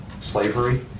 slavery